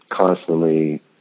constantly